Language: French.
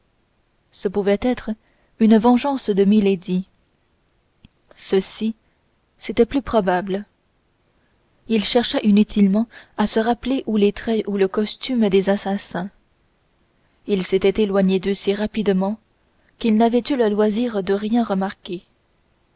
ce pouvait être une vengeance de milady ceci c'était plus probable il chercha inutilement à se rappeler ou les traits ou le costume des assassins il s'était éloigné d'eux si rapidement qu'il n'avait eu le loisir de rien remarquer